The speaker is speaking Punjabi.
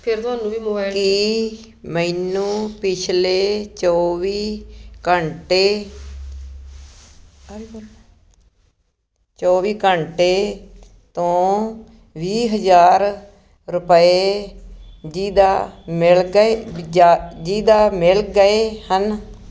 ਕੀ ਮੈਨੂੰ ਪਿਛਲੇ ਚੌਵੀ ਘੰਟੇ ਚੌਵੀ ਘੰਟੇ ਤੋਂ ਵੀਹ ਹਜ਼ਾਰ ਰੁਪਏ ਜੀ ਦਾ ਮਿਲ ਗਏ ਜਿੱਦਾਂ ਮਿਲ ਗਏ ਹਨ